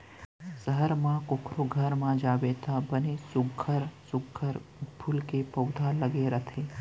सहर म कोकरो घर म जाबे त बने सुग्घर सुघ्घर फूल के पउधा लगे रथे